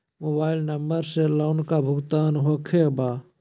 Mobile number से loan का भुगतान होखे बा?